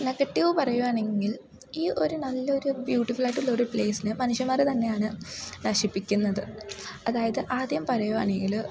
negative പറയുകയാണെങ്കിൽ ഈ ഒരു നല്ലൊരു ബ്യൂട്ടിഫുള്ളായിട്ടുള്ളൊരു പ്ലേസിന് മനുഷ്യന്മാർ തന്നെയാണ് നശിപ്പിക്കുന്നത് അതായത് ആദ്യം പറയുകയാണെങ്കിൽ